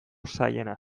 zailena